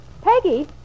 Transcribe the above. Peggy